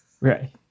right